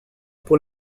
pour